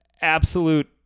absolute